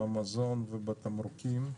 במזון ובתמרוקים,